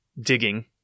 digging